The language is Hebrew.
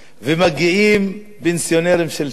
ומגיעים פנסיונרים של צה"ל,